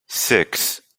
six